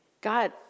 God